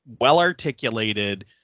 well-articulated